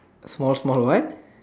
small small one